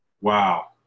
Wow